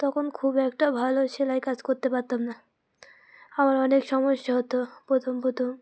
তখন খুব একটা ভালো সেলাই কাজ করতে পারতাম না আমার অনেক সমস্যা হতো প্রথম প্রথম